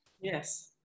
Yes